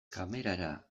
kamerara